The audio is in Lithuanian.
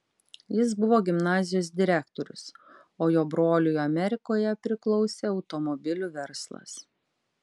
jis buvo gimnazijos direktorius o jo broliui amerikoje priklausė automobilių verslas